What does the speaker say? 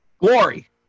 glory